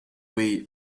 way